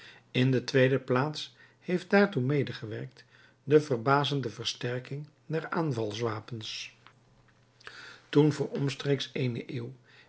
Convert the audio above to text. in de tweede plaats heeft daartoe medegewerkt de verbazende versterking der aanvalswapenen toen voor omstreeks eene eeuw